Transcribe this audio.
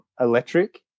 electric